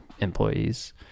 employees